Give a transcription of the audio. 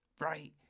right